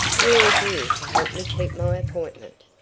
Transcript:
you're a dear to help me keep my appointment.